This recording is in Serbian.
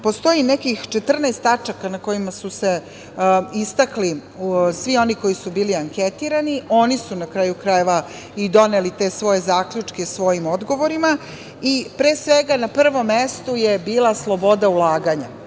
postoji nekih 14 tačaka na kojima su se istakli svi oni koji su bili anketirani. Oni su, na kraju krajeva, i doneli te svoje zaključke svojim odgovorima. Pre svega, na prvom mestu je bila sloboda ulaganja. To